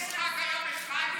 המשחק היה בחיפה.